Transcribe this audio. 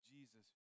Jesus